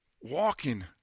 walking